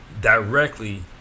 Directly